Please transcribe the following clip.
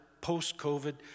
post-COVID